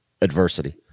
adversity